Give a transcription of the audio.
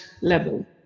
level